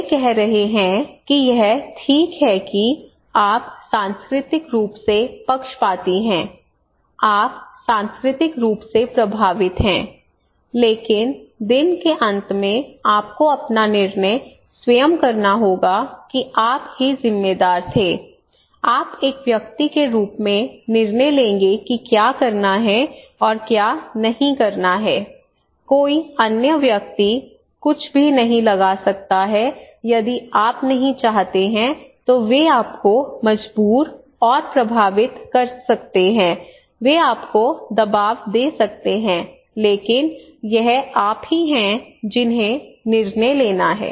वे कह रहे हैं कि यह ठीक है कि आप सांस्कृतिक रूप से पक्षपाती हैं आप सांस्कृतिक रूप से प्रभावित हैं लेकिन दिन के अंत में आपको अपना निर्णय स्वयं करना होगा कि आप ही जिम्मेदार थे आप एक व्यक्ति के रूप में निर्णय लेंगे कि क्या करना है और क्या नहीं करना है कोई अन्य व्यक्ति कुछ भी नहीं लगा सकता है यदि आप नहीं चाहते हैं तो वे आपको मजबूर और प्रभावित कर सकते हैं वे आपको दबाव दे सकते हैं लेकिन यह आप ही हैं जिन्हें निर्णय लेना है